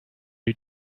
you